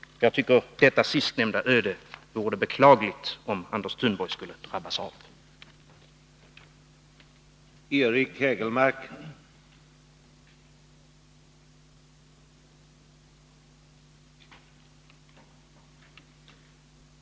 Jag tycker att det vore beklagligt om Anders Thunborg skulle drabbas av detta sistnämnda öde.